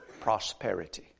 prosperity